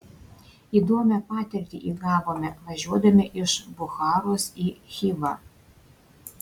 įdomią patirtį įgavome važiuodami iš bucharos į chivą